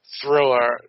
thriller